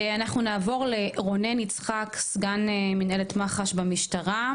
אנחנו נעבור לרונן יצחק, סגן מנהלת מח"ש במשטרה.